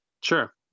Sure